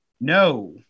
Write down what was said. No